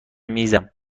میزم